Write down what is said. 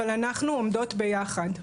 אבל אנחנו עומדות ביחד.